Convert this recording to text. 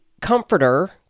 comforter